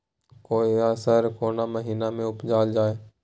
कोसयार कोन महिना मे उपजायल जाय?